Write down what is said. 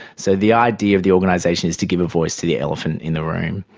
so the idea of the organisation is to give a voice to the elephant in the room.